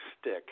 stick